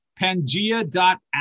Pangea.app